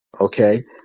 Okay